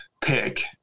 pick